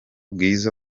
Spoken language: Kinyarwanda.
bwiza